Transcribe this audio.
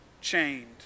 chained